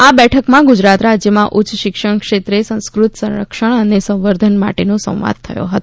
આ બેઠકમાં ગુજરાત રાજ્યમાં ઉચ્ચ શિક્ષણ ક્ષેત્રમાં સંસ્કૃત સંરક્ષણ અને સંવર્ધન માટેનો સંવાદ થયો હતો